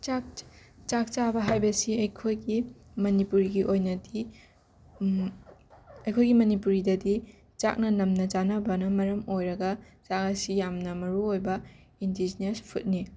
ꯆꯥꯛ ꯆ ꯆꯥꯛ ꯆꯥꯕ ꯍꯥꯏꯕꯁꯤ ꯑꯩꯈꯣꯏꯒꯤ ꯃꯅꯤꯄꯨꯔꯒꯤ ꯑꯣꯏꯅꯗꯤ ꯑꯩꯈꯣꯏꯒꯤ ꯃꯅꯤꯄꯨꯔꯤꯗꯗꯤ ꯆꯥꯛꯅ ꯅꯝꯅ ꯆꯥꯅꯕꯅ ꯃꯔꯝ ꯑꯣꯏꯔꯒ ꯆꯥꯛ ꯑꯁꯤ ꯌꯥꯝꯅ ꯃꯔꯨ ꯑꯣꯏꯕ ꯏꯟꯗꯤꯖꯤꯅꯁ ꯐꯨꯠꯅꯤ